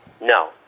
No